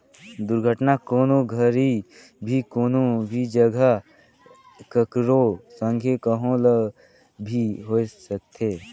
दुरघटना, कोनो घरी भी, कोनो भी जघा, ककरो संघे, कहो ल भी होए सकथे